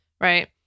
Right